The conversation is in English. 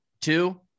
two